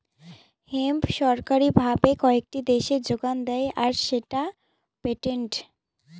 hemp সরকারি ভাবে কয়েকটি দেশে যোগান দেয় আর সেটা পেটেন্টেড